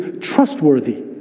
trustworthy